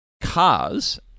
cars